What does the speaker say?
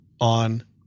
on